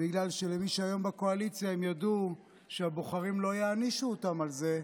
בגלל שמי שהיום בקואליציה ידעו שהבוחרים לא יענישו אותם על זה,